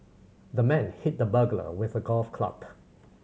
the man hit the burglar with a golf club